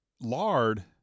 lard